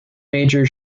major